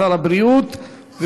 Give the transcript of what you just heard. שר הבריאות,